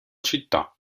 città